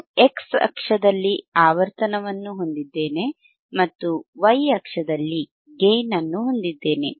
ನಾನು x ಅಕ್ಷದಲ್ಲಿ ಆವರ್ತನವನ್ನು ಹೊಂದಿದ್ದೇನೆ ಮತ್ತು y ಅಕ್ಷದಲ್ಲಿ ಗೇಯ್ನ್ ಹೊಂದಿದ್ದೇನೆ